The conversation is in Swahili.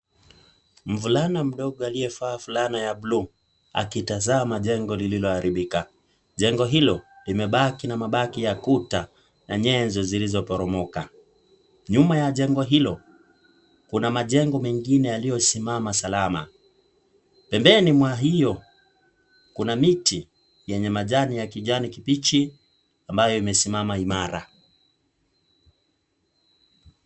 Mvulana mdogo aliyevaa fulana ya bluu, akitazama jengo lililoharibika. Jengo hilo limebaki na mabaki ya kuta na nyenzo zilizoporomoka. Nyuma ya jengo hilo, kuna majengo mengine yaliyosimama salama. Pembeni mwa hiyo kuna miti yenye majani ya kijani kibichi ambayo imesimama imara.